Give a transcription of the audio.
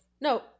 No